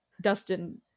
Dustin